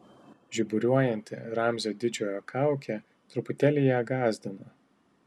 žiburiuojanti ramzio didžiojo kaukė truputėlį ją gąsdino